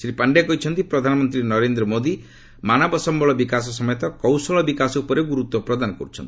ଶ୍ରୀ ପାଣ୍ଡେ କହିଛନ୍ତି ପ୍ରଧାନମନ୍ତ୍ରୀ ନରେନ୍ଦ୍ର ମୋଦି ମାନବ ସମ୍ଭଳ ବିକାଶ ସମେତ କୌଶଳ ବିକାଶ ଉପରେ ଗୁରୁତ୍ୱ ପ୍ରଦାନ କରୁଛନ୍ତି